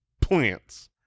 plants